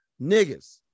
niggas